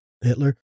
Hitler